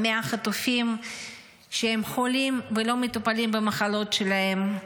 הם 100 חטופים שהם חולים ולא מטפלים במחלות שלהם.